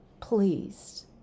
pleased